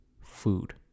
food